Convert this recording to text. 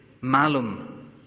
malum